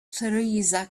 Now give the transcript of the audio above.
theresa